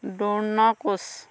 Drona Koch